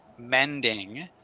Mending